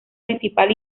principal